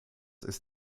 ist